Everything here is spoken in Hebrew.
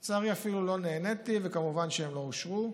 לצערי, אפילו לא נעניתי, וכמובן שהן לא אושרו.